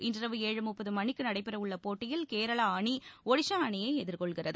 இன்று இரவு ஏழு முப்பது மணிக்கு நடைபெறவுள்ள போட்டியில் கேரள அணி ஒடிஷா அணியை எதிர்கொள்கிறது